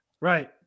Right